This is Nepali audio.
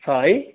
छ है